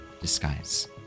disguise